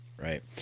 Right